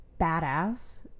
badass